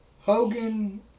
Hogan